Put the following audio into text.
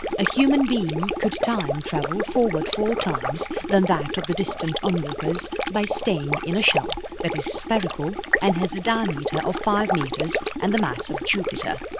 ah human being could time-travel forward four times than that of the distant onlookers by staying in a shell that is spherical and has a diameter of five meters and the mass of jupiter.